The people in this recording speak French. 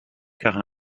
car